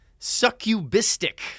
succubistic